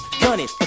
gunning